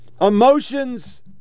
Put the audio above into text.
emotions